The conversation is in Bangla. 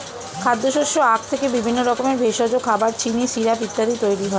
খাদ্যশস্য আখ থেকে বিভিন্ন রকমের ভেষজ, খাবার, চিনি, সিরাপ ইত্যাদি তৈরি হয়